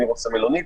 אני רוצה למלונית,